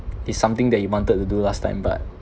it's something that you wanted to do last time but